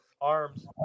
arms